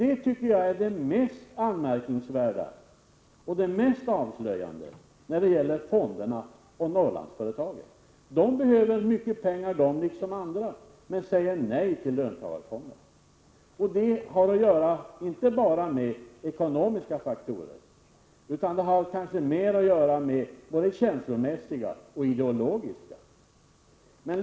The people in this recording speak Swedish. Detta anser jag vara det mest anmärkningsvärda och avslöjande när det gäller fonderna och Norrlandsföretagen. Norrlandsföretagen behöver mycket pengar liksom alla andra företag — men säger nej till löntagarfonderna. Detta har inte bara med ekonomiska faktorer att göra, utan det har mera att göra med känslomässiga och ideologiska faktorer.